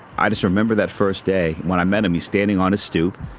i just remember that first day when i met him he's standing on a stoop.